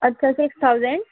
अच्छा six thousand